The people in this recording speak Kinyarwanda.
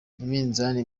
iminzani